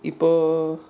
people